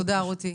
תודה, רותי.